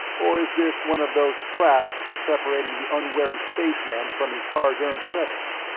or is this one of those traps for separating the unwary spaceman from his hard-earned credits?